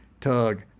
Tug